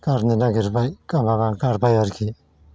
गारनो नागिरबाय गारबा गारबाय आरोखि